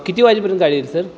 किती वाजेपर्यंत गाडी येईल सर